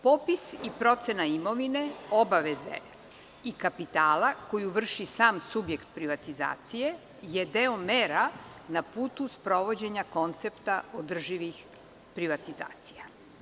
Popis i procena imovine, obaveze i kapitala koju vrši sam subjekt privatizacije je deo mera na putu sprovođenja koncepta održivih privatizacija.